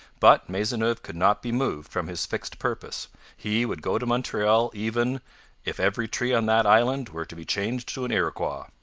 but maisonneuve could not be moved from his fixed purpose he would go to montreal even if every tree on that island were to be changed to an iroquois